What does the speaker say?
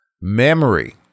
Memory